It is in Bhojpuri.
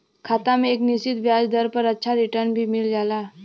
खाता में एक निश्चित ब्याज दर पर अच्छा रिटर्न भी मिल जाला